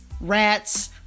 rats